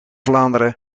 vlaanderen